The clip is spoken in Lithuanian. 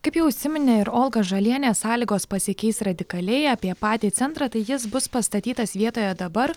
kaip jau užsiminė ir olga žalienė sąlygos pasikeis radikaliai apie patį centrą tai jis bus pastatytas vietoje dabar